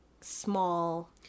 small